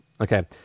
Okay